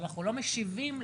אבל אנחנו לא משיבים לפונה,